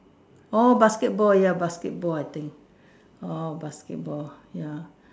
oh basketball ya basketball I think oh basketball ya